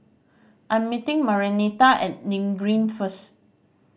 I am meeting Marianita at Nim Green first